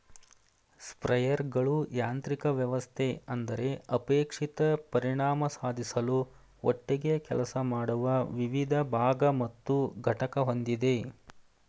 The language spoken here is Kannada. ಸ್ಪ್ರೇಯರ್ಗಳು ಯಾಂತ್ರಿಕ ವ್ಯವಸ್ಥೆ ಅಂದರೆ ಅಪೇಕ್ಷಿತ ಪರಿಣಾಮ ಸಾಧಿಸಲು ಒಟ್ಟಿಗೆ ಕೆಲಸ ಮಾಡುವ ವಿವಿಧ ಭಾಗ ಮತ್ತು ಘಟಕ ಹೊಂದಿದೆ